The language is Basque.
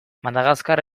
madagaskar